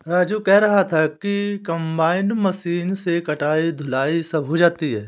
राजू कह रहा था कि कंबाइन मशीन से कटाई धुलाई सब हो जाती है